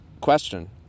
question